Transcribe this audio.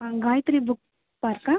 ஆ Gayathri book பார்க்கா